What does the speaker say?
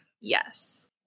Yes